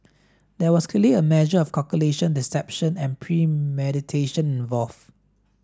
there was clearly a measure of calculation deception and premeditation involved